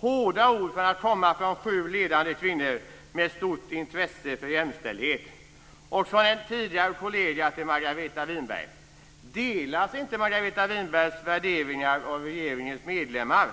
Det är hårda ord för att komma från sju ledande kvinnor med stort intresse för jämställdhet och från en tidigare kollega till Margareta Winberg! Delas inte Margareta Winbergs värderingar av regeringens medlemmar?